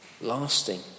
lasting